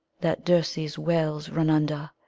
that dirce's wells run under,